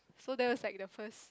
so that was like the first